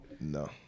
No